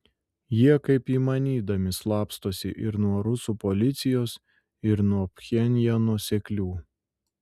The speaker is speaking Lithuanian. jie kaip įmanydami slapstosi ir nuo rusų policijos ir nuo pchenjano seklių